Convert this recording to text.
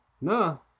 No